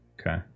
Okay